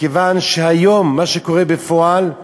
מכיוון שהיום מה שקורה בפועל,